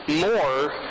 more